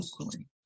equally